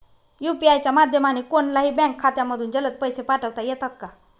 UPI च्या माध्यमाने कोणलाही बँक खात्यामधून जलद पैसे पाठवता येतात का?